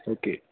okay